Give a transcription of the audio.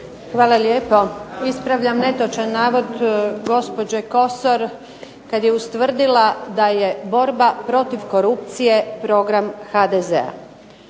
Hvala lijepo. Ispravljam netočan navod gospođe Kosor kad je ustvrdila da je borba protiv korupcije program HDZ-a.